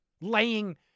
laying